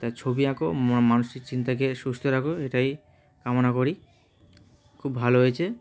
তা ছবি আঁকো মানসিক চিন্তাকে সুস্থ রাখো এটাই কামনা করি খুব ভালো হয়েছে